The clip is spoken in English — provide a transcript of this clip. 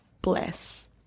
Bless